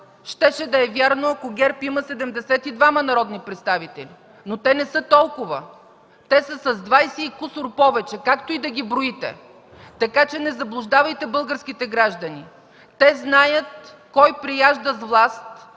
щеше да е вярно, ако ГЕРБ има 72 народни представители, но те не са толкова, а са с двадесет и кусур повече, както и да ги броите. Не заблуждавайте българските граждани! Те знаят кой преяжда с власт,